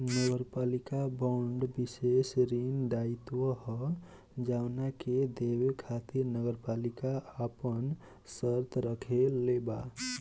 नगरपालिका बांड विशेष ऋण दायित्व ह जवना के देवे खातिर नगरपालिका आपन शर्त राखले बा